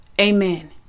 amen